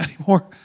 anymore